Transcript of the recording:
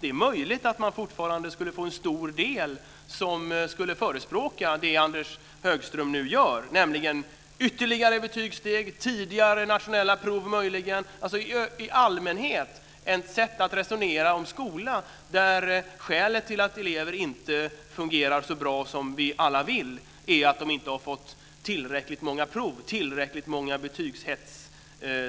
Det är möjligt att man fortfarande skulle få en stor del som skulle förespråka det Tomas Högström nu gör, nämligen ytterligare betygssteg och tidigare nationella prov. Det är möjligt att man skulle resonera om skolan i allmänhet och säga att skälet till att elever inte fungerar så bra som vi alla vill är att de inte har fått tillräckligt många prov och tillräckligt många